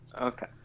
Okay